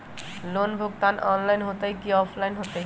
Loan भुगतान online होतई कि ऑफलाइन होतई?